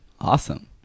awesome